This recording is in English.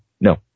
No